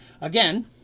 Again